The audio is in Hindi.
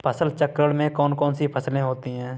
फसल चक्रण में कौन कौन सी फसलें होती हैं?